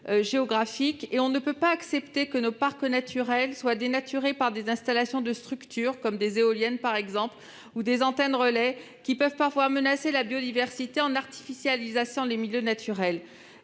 géographique. On ne peut donc accepter que nos parcs naturels soient dénaturés par l'installation de structures, comme les éoliennes ou des antennes relais, qui peuvent parfois menacer la biodiversité en artificialisant les milieux naturels.